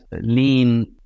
lean